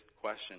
question